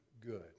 good